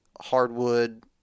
hardwood